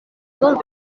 nun